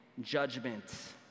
judgment